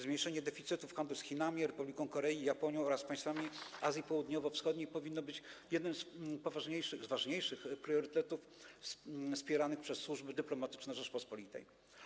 Zmniejszenie deficytu w handlu z Chinami, Republiką Korei, Japonią oraz państwami Azji Południowo-Wschodniej powinno być jednym z ważniejszych priorytetów wspieranych przez służby dyplomatyczne Rzeczypospolitej.